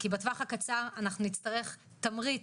כי בטווח הקצר אנחנו נצטרך תמריץ,